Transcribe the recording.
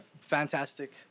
Fantastic